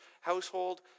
household